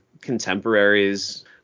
contemporaries